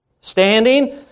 standing